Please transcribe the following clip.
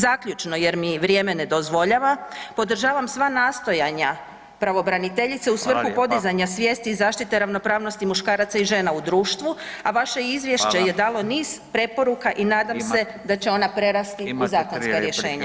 Zaključno jer mi vrijeme ne dozvoljava, podržavam sva nastojanja pravobraniteljice u svrhu [[Upadica: Fala lijepa]] podizanja svjesti i zaštite ravnopravnosti muškaraca i žena u društvu, a vaše izvješće [[Upadica: Fala]] je dalo niz preporuka i nadam se da će ona prerasti u zakonska rješenja.